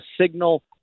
signal